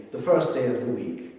the first day of the week,